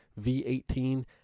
V18